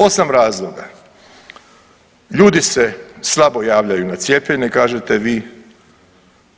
Osam razloga, ljudi se slabo javljaju na cijepljenje kažete vi,